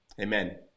Amen